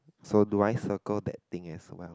so do I circle that thing as well